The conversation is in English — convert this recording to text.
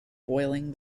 boiling